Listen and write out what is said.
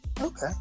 Okay